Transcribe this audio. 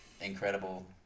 incredible